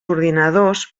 ordinadors